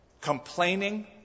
complaining